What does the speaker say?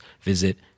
visit